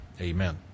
Amen